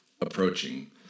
approaching